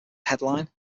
headline